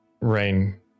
Rain